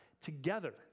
together